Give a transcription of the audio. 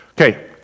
Okay